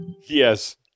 Yes